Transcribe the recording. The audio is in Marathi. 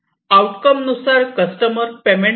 आउटकम नुसार कस्टमर पेमेंट करत असतो